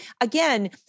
again